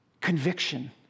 conviction